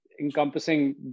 encompassing